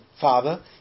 Father